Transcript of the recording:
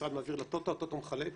המשרד מעביר לטוטו והטוטו מחלק,